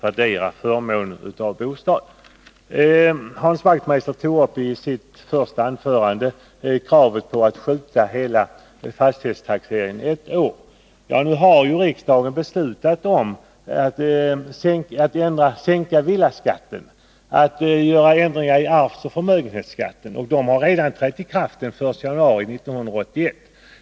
I sitt första anförande tog Hans Wachtmeister upp frågan om att skjuta på hela fastighetstaxeringen ett år. Nu har riksdagen beslutat att sänka villaskatten och att göra ändringar i arvsoch förmögenhetsbeskattningen. Dessa beslut har redan trätt i kraft, nämligen den 1 januari 1981.